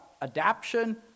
adaption